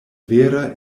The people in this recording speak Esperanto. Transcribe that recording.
vera